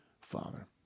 Father